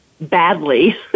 badly